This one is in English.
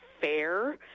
fair